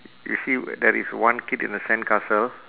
you see there is one kid in the sandcastle